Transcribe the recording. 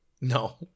No